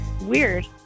Weird